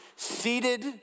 seated